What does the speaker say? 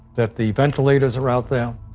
that the ventilators are out there,